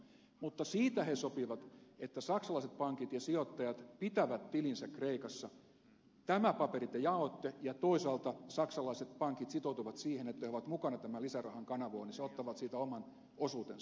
mutta siitä he sopivat että saksalaiset pankit ja sijoittajat pitävät tilinsä kreikassa tämän paperin te jaoitte ja toisaalta saksalaiset pankit sitoutuivat siihen että he ovat mukana tämän lisärahan kanavoinnissa ottavat siitä oman osuutensa